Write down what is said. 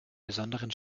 besonderen